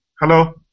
Hello